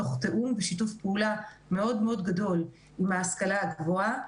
תוך תיאום ושיתוף פעולה מאוד גדול עם ההשכלה הגבוהה,